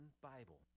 Bible